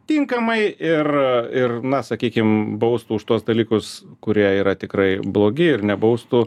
tinkamai ir ir na sakykim baustų už tuos dalykus kurie yra tikrai blogi ir nebaustų